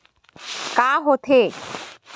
का होथे?